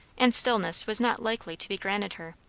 and stillness was not likely to be granted her.